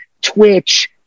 Twitch